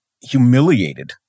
humiliated